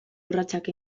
urratsak